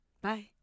Bye